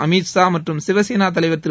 அமித் ஷா மற்றும் சிவசேனா தலைவா் திரு